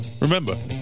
Remember